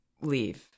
leave